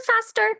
faster